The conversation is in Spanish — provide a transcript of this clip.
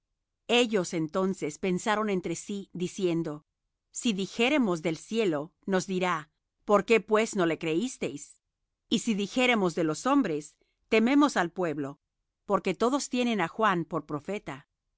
ellos entonces pensaron entre sí diciendo si dijéremos del cielo nos dirá por qué pues no le creísteis y si dijéremos de los hombres tememos al pueblo porque todos tienen á juan por profeta